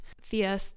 Thea